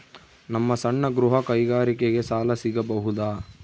ನಮ್ಮ ಸಣ್ಣ ಗೃಹ ಕೈಗಾರಿಕೆಗೆ ಸಾಲ ಸಿಗಬಹುದಾ?